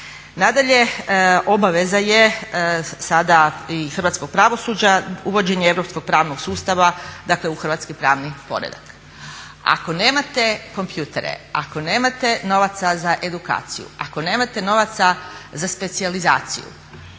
Nadalje, obaveza je sada i hrvatskog pravosuđa uvođenje europskog pravnog sustava u hrvatski pravni poredak. Ako nemate kompjutere, ako nemate novaca za edukaciju, ako nemate novaca za specijalizaciju